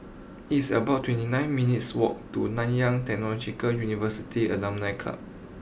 it's about twenty nine minutes' walk to Nanyang Technological University Alumni Club